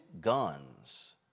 guns